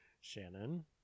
Shannon